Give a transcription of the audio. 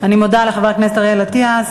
אני מודה לחבר הכנסת אריאל אטיאס.